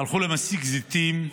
הלכו למסיק זיתים,